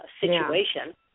situation